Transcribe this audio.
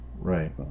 Right